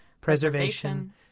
preservation